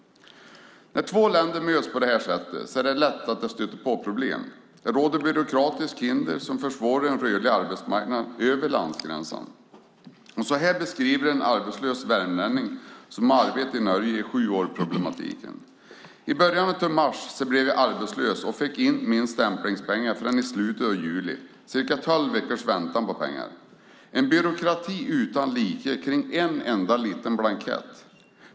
När två länder möts på det här sättet är det lätt att det blir problem. Det råder byråkratiska hinder som försvårar en rörlig arbetsmarknad över landgränsen. Så här beskriver en arbetslös värmlänning som har arbetat i Norge i sju år problematiken: I början av mars blev jag arbetslös och fick inte mina stämplingspengar förrän i slutet av juli efter tolv veckors väntan. Det är en byråkrati utan like kring en enda liten blankett.